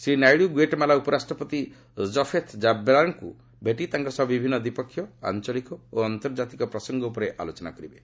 Shri Naidu Guatemala ଉପରାଷ୍ଟ୍ରପତି କଫେଥ୍ କାବ୍ରେରାଙ୍କ ଭେଟି ତାଙ୍କ ସହ ବିଭିନ୍ନ ଦ୍ୱିପକ୍ଷୀୟ ଆଞ୍ଚଳିକ ଓ ଆନ୍ତର୍ଜାତିକ ପ୍ରସଙ୍ଗ ଉପରେ ଆଲୋଚନା କରିବେ